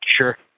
Sure